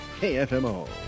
KFMO